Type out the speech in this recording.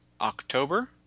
October